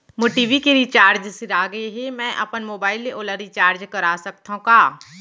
मोर TV के recharge सिरा गे हे, मैं अपन मोबाइल ले ओला रिचार्ज करा सकथव का?